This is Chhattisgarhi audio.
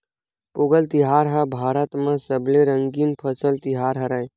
पोंगल तिहार ह भारत म सबले रंगीन फसल तिहार हरय